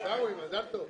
עיסאווי, מזל טוב.